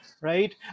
Right